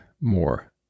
more